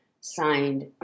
signed